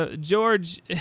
George